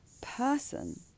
person